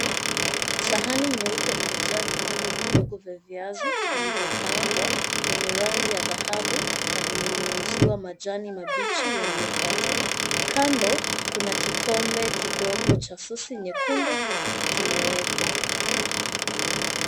Sahani nyeupe imejaa vipande vidogo vya viazi vilivyokaangwa vyenye rangi ya dhahabu na vimenyunyiziwa majani mabichi yaliyokatwa. Kando kuna kikombe kidogo cha sosi nyekundu kimewekwa.